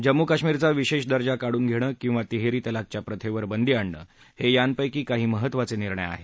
जम्मू कश्मीरचा विशेष दर्जा काढून घेणं किंवा तिहेरी तलाकच्या प्रथेवर बंदी आणणं हे यापैकी काही महत्त्वाचे निर्णय आहेत